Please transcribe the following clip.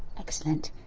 excellent.